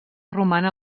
romana